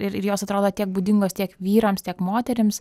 ir ir jos atrodo tiek būdingos tiek vyrams tiek moterims